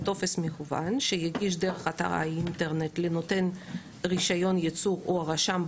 בטופס מקוון שיגיש דרך אתר האינטרנט לנותן רישיון ייצור או לרשם,